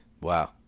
Wow